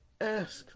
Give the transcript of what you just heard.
ask